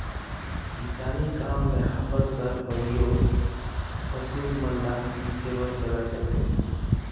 किसानी काम मे हापर कर परियोग फसिल मन ल मिसे बर करल जाथे